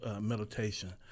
meditation